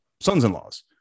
sons-in-laws